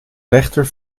rechter